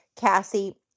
cassie